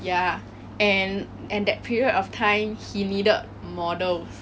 ya and and that period of time he needed models